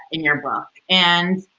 in your book. and